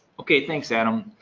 okay, thanks adam.